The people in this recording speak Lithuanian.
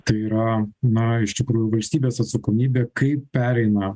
tai yra na iš tikrųjų valstybės atsakomybė kaip pereina